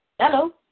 Hello